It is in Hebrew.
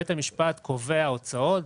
בית המשפט קובע הוצאות,